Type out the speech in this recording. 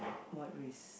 what risk